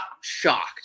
shocked